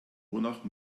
wonach